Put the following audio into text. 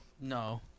no